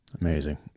Amazing